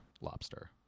lobster